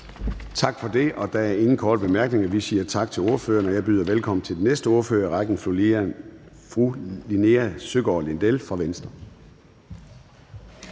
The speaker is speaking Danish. Tak for det. Der er ingen korte bemærkninger, så vi siger tak til ordføreren. Jeg byder velkommen til den næste ordfører i rækken, som er fru Linea Søgaard-Lidell fra Venstre.